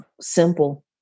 simple